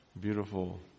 beautiful